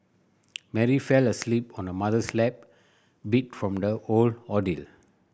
Mary fell asleep on her mother's lap beat from the whole ordeal